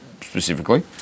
specifically